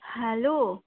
hello